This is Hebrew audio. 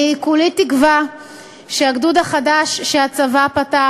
אני כולי תקווה שהגדוד החדש שהצבא פתח